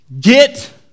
get